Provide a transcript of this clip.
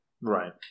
Right